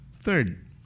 Third